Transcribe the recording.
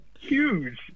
Huge